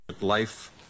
Life